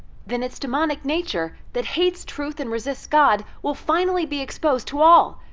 then its demonic nature that hates truth and resists god will finally be exposed to all.